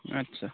आस्सा